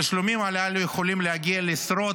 התשלומים הללו יכולים להגיע לעשרות